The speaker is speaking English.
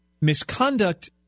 misconduct